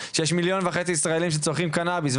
שיש מיליון ישראלים שצורכים קנביס,